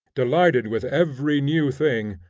delighted with every new thing,